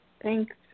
Thanks